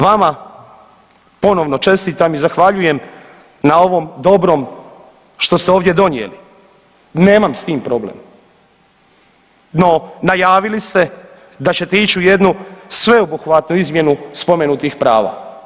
Vama ponovno čestitam i zahvaljujem na ovom dobrom što ste ovdje donijeli, nemam s tim problem, no najavili ste da ćete ić u jednu sveobuhvatnu izmjenu spomenutih prava.